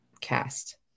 cast